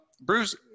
Bruce